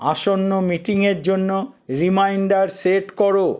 আসন্ন মিটিংয়ের জন্য রিমাইন্ডার সেট করো